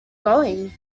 going